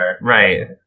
Right